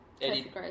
Eddie